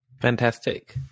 Fantastic